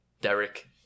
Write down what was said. Derek